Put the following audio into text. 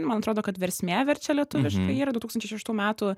man atrodo kad versmė verčia lietuviškai yra du tūkstančiai šeštų metų